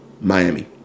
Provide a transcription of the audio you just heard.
Miami